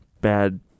bad